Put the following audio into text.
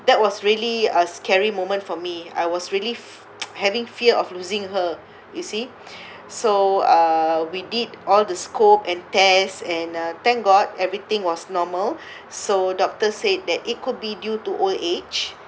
that was really a scary moment for me I was really having fear of losing her you see so uh we did all the scope and tests and uh thank god everything was normal so doctors said that it could be due to old age